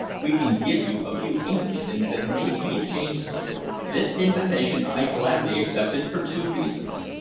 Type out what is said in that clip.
we can give you a few english things that may be a change to you. this invitation i gladly accepted for two reasons.